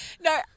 No